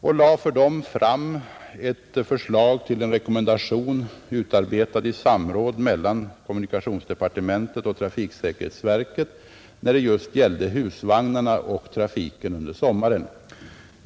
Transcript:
För dem lade jag fram ett förslag till rekommendationer när det gäller husvagnarna och trafiken under sommaren, vilket hade utarbetats i samråd mellan kommunikationsdepartementet och trafiksäkerhetsverket.